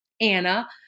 Anna